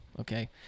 okay